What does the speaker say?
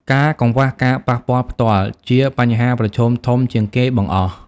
ការកង្វះការប៉ះពាល់ផ្ទាល់ ជាបញ្ហាប្រឈមធំជាងគេបង្អស់។